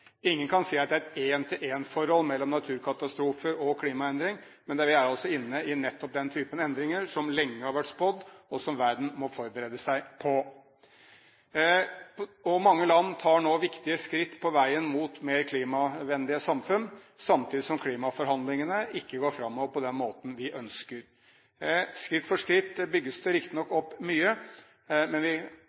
Ingen kan si at det er et en-til-en-forhold mellom naturkatastrofer og klimaendring, men vi er altså inne i nettopp den typen endringer som lenge har vært spådd, og som verden må forberede seg på. Mange land tar nå viktige skritt på veien mot mer klimavennlige samfunn, samtidig som klimaforhandlingene ikke går framover på den måten vi ønsker. Skritt for skritt bygges det riktignok opp mye, men vi